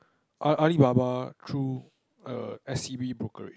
A~ Alibaba through err S_C_B brokerage